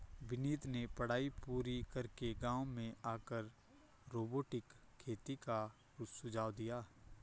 विनीत ने पढ़ाई पूरी करके गांव में आकर रोबोटिक खेती का सुझाव दिया